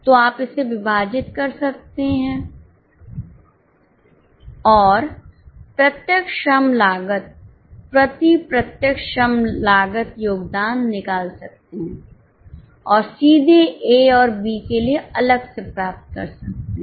तो आप इसे विभाजित कर सकते हैं और प्रत्यक्ष श्रम लागत प्रति प्रत्यक्ष श्रम लागत योगदान निकाल सकते हैं और सीधे ए और बी के लिए अलग से प्राप्त कर सकते हैं